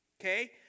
okay